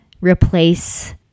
replace